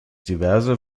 diverse